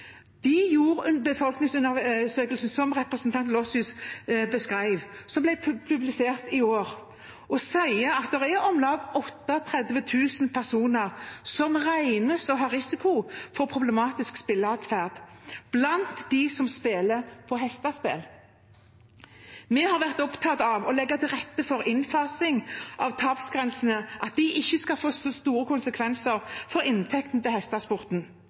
gjorde en undersøkelse, som representanten Lossisus beskrev, og som ble publisert i år, som sier at det er om lag 38 000 personer som regnes for å ha risiko for problematisk spilleatferd blant dem som spiller på hestespill. Vi har vært opptatt av å legge til rette for innfasing av tapsgrensene slik at de ikke skal få så store konsekvenser for inntektene til hestesporten.